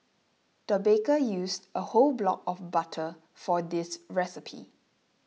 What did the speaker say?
the baker used a whole block of butter for this recipe